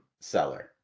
seller